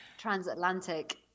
transatlantic